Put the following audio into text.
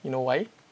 you know why